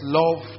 love